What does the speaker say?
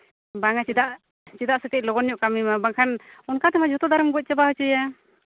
ᱵᱟᱝᱼᱟ ᱪᱮᱫᱟᱜ ᱪᱮᱫᱟᱜ ᱥᱮ ᱠᱟᱺᱪ ᱞᱚᱜᱚᱱ ᱧᱚᱜ ᱠᱟᱹᱢᱤ ᱢᱮ ᱵᱟᱝᱠᱷᱟᱱ ᱚᱱᱠᱟ ᱛᱮᱢᱟ ᱡᱚᱛᱚ ᱫᱟᱨᱮᱢ ᱜᱚᱡᱽ ᱪᱟᱵᱟ ᱦᱚᱪᱚᱭᱟ